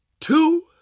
two